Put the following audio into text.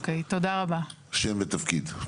שם ותפקיד.